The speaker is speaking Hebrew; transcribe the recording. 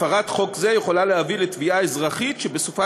הפרת חוק זה יכולה להביא לתביעה אזרחית שבסופה